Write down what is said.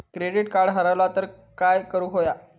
Credit card हरवला तर काय करुक होया?